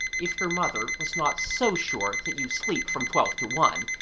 if your mother was not so sure that you sleep from twelve to one,